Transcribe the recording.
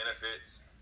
benefits